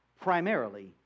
primarily